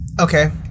Okay